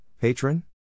Patron